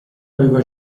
aveva